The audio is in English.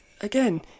again